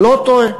לא טועה.